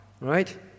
right